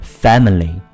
family